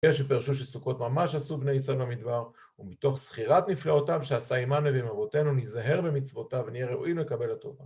יש שפרשו שסוכות ממש עשו בני ישראל במדבר ומתוך זכירת נפלאותיו שעשה עימנו ועם אבותינו נזהר במצוותיו ונהיה ראוי לקבל הטובה